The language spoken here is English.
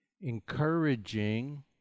encouraging